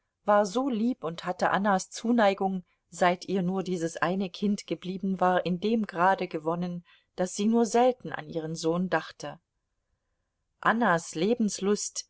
war so lieb und hatte annas zuneigung seit ihr nur dieses eine kind geblieben war in dem grade gewonnen daß sie nur selten an ihren sohn dachte annas lebenslust